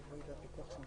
ומינו אותי במשרד,